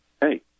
hey